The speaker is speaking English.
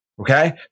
Okay